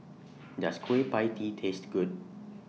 Does Kueh PIE Tee Taste Good